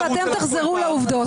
ואתם תחזרו לעובדות.